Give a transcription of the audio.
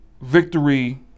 Victory